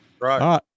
Right